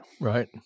Right